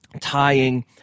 tying